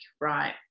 right